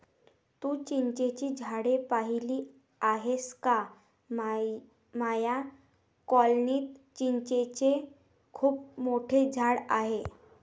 तू चिंचेची झाडे पाहिली आहेस का माझ्या कॉलनीत चिंचेचे खूप मोठे झाड आहे